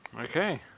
Okay